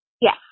Yes